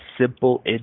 simple